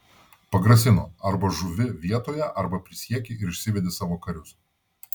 pagrasino arba žūvi vietoje arba prisieki ir išsivedi savo karius